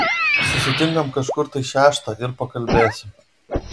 susitinkam kažkur tai šeštą ir pakalbėsim